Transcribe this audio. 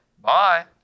Bye